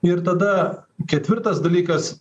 ir tada ketvirtas dalykas